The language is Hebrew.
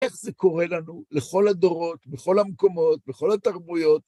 איך זה קורה לנו לכל הדורות, בכל המקומות, בכל התרבויות.